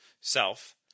Self